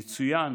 יצוין